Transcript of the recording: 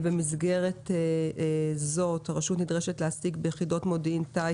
במסגרת זו הרשות נדרשת להעסיק ביחידות מודיעין טיס